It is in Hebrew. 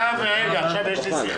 הצבעה בעד שמונה אושר.